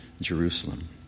Jerusalem